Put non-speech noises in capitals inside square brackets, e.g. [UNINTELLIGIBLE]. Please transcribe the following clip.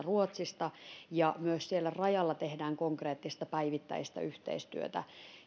[UNINTELLIGIBLE] ruotsista ja myös siellä rajalla tehdään konkreettista päivittäistä yhteistyötä